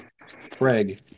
Craig